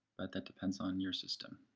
but that depends on your system.